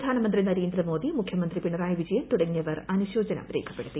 പ്രധാനമന്ത്രി നരേന്ദ്രമോദി മുഖ്യമന്ത്രി പിണറായി വിജയൻ തുടങ്ങിയവർ അനുശോചനം രേഖപ്പെടുത്തി